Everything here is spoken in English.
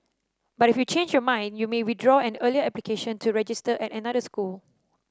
but if you change your mind you may withdraw an earlier application to register at another school